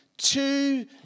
Two